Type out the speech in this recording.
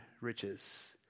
riches